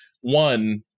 one